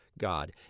God